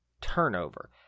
turnover